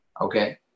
Okay